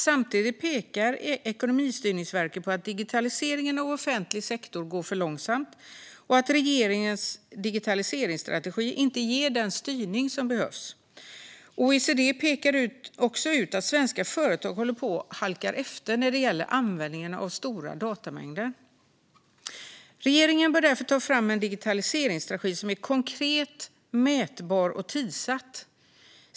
Samtidigt pekar Ekonomistyrningsverket på att digitaliseringen av offentlig sektor går för långsamt och att regeringens digitaliseringsstrategi inte ger den styrning som behövs. OECD pekar också ut att svenska företag håller på att halka efter när det gäller användningen av stora datamängder. Regeringen bör därför ta fram en digitaliseringsstrategi som är konkret, mätbar och tidssatt.